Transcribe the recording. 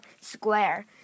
square